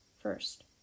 first